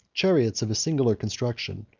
chariots of a singular construction,